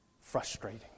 frustrating